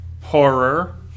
Horror